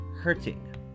hurting